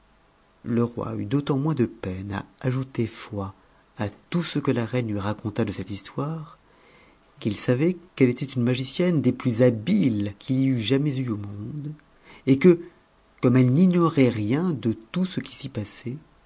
le roi eut d'autant moins de peine à ajouter loi a tout ce que la rchtc lui raconta de cette histoire qu'il savait qu'elle était une magicienne des plus habiles qu'il y eût jamais eu au monde et que comme elle n'ignorait rien de tout ce qui s'y passait